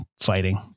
fighting